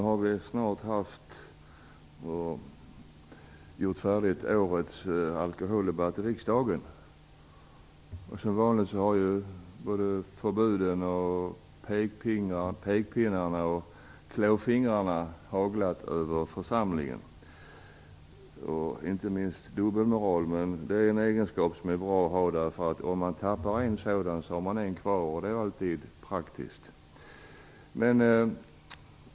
Herr talman! Nu är årets alkoholdebatt i riksdagen snart slut, och som vanligt har förbuden, pekpinnarna och klåfingrarna haglat över församlingen. Debatten har inte minst präglats av dubbelmoral, men det är en egenskap som är bra att ha: tappar man en så har man en kvar, och det är alltid praktiskt.